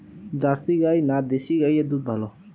Jersey গাই না দেশী গাইয়ের দুধ ভালো?